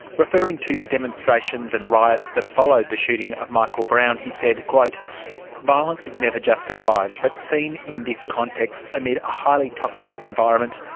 referring to the demonstrations and rights that followed the shooting of michael brown, he said, violence is never justified, but seen in this context amid a highly toxic environment,